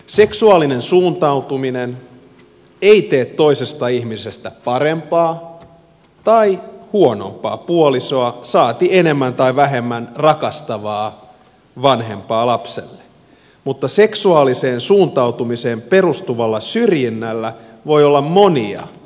seksuaalinen suuntautuminen ei tee toisesta ihmisestä parempaa tai huonompaa puolisoa saati enemmän tai vähemmän rakastavaa vanhempaa lapselle mutta seksuaaliseen suuntautumiseen perustuvalla syrjinnällä voi olla monia toistan